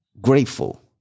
grateful